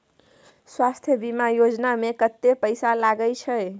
स्वास्थ बीमा योजना में कत्ते पैसा लगय छै?